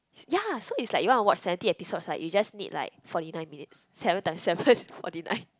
ya so it's like you want to watch seventy episodes like you just need like forty nine minutes seven times seven forty nine